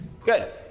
Good